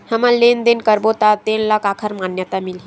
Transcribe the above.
हमन लेन देन करबो त तेन ल काखर मान्यता मिलही?